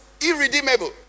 irredeemable